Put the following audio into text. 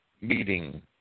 meeting